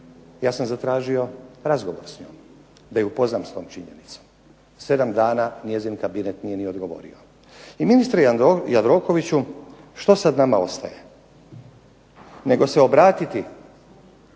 ja sam zatražio razgovor s njom da ju upoznam s tom činjenicom. Sedam dana njezin kabinet nije ni odgovorio. I ministre Jandrokoviću, što sad nama ostaje nego se obratiti